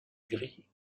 gris